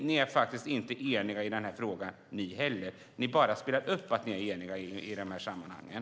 Ni är faktiskt inte eniga i den här frågan heller. Ni spelar bara upp att ni är eniga i de här sammanhangen.